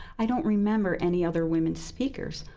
i don't remember any other women speakers,